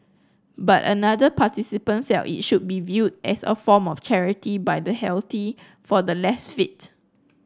but another participant felt it should be viewed as a form of charity by the healthy for the less fit